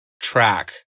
track